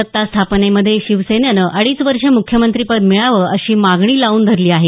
सत्तास्थापनेमध्ये शिवसेनेनं अडीच वर्षे मुख्यमंत्रीपद मिळावं अशी मागणी लावून धरली आहे